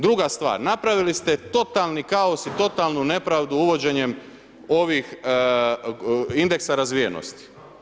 Druga stvar, napravili ste totalni kaos i totalnu nepravdu uvođenjem ovih indeksa razvijenosti.